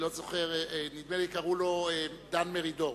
נדמה לי שקראו לו דן מרידור.